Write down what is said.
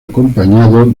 acompañado